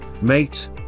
mate